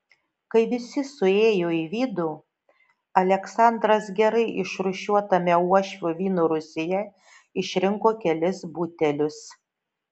kai visi suėjo į vidų aleksandras gerai išrūšiuotame uošvio vyno rūsyje išrinko kelis butelius